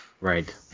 Right